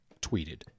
tweeted